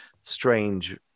strange